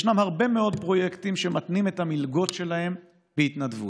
ישנם הרבה מאוד פרויקטים שמתנים את המלגות שלהם בהתנדבות,